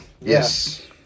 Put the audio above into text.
yes